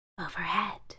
Overhead